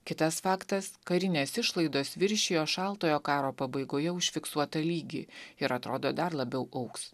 kitas faktas karinės išlaidos viršijo šaltojo karo pabaigoje užfiksuotą lygį ir atrodo dar labiau augs